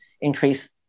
increase